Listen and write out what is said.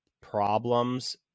problems